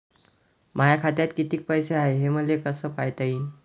माया खात्यात कितीक पैसे हाय, हे मले कस पायता येईन?